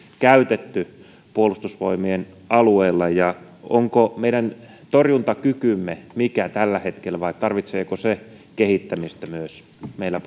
käytetty puolustusvoimien alueella ja mikä on meidän torjuntakykymme tällä hetkellä vai tarvitseeko se kehittämistä myös meillä